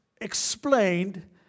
explained